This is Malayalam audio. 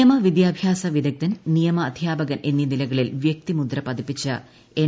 നിയമ വിദ്യാഭ്യാസ വിദഗ്ധൻ നിയമ അധ്യാപൻ എന്നീ നിലകളിൽ വൃക്തിമുദ്ര പതിപ്പിച്ച എൻ